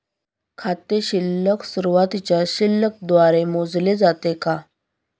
खाते शिल्लक सुरुवातीच्या शिल्लक द्वारे मोजले जाते का?